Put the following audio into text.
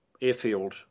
airfield